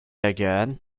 again